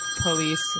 police